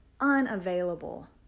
unavailable